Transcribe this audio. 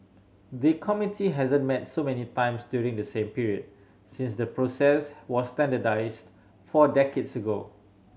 the committee hasn't met so many times during the same period since the process was standardised four decades ago